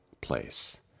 place